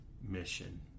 Mission